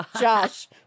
Josh